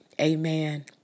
Amen